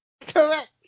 Correct